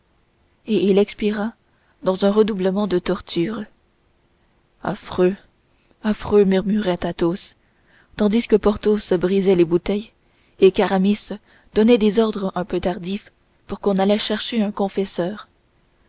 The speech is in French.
et il expira dans un redoublement de tortures affreux affreux murmurait athos tandis que porthos brisait les bouteilles et qu'aramis donnait des ordres un peu tardifs pour qu'on allât chercher un confesseur